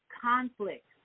conflicts